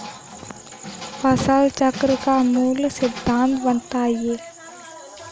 फसल चक्र का मूल सिद्धांत बताएँ?